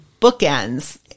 bookends